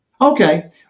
Okay